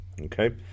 Okay